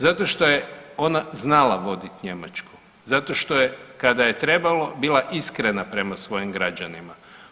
Zato što je ona znala vodit Njemačku, zato što je kada je trebalo bila iskrena prema svojim građanima.